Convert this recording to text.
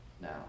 now